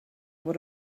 able